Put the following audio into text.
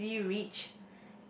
Crazy-Rich